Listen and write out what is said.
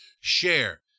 share